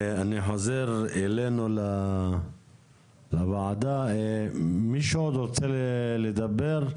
אני חוזר אלינו לוועדה, מישהו עוד רוצה לדבר?